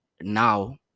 now